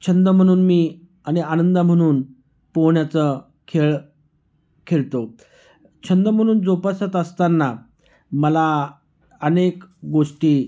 छंद म्हणून मी आणि आनंद म्हणून पोहण्याचा खेळ खेळतो छंद म्हणून जोपासत असताना मला अनेक गोष्टी